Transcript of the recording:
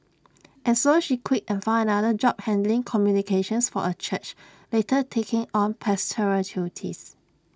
and so she quit and found another job handling communications for A church later taking on pastoral duties